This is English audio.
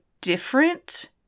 different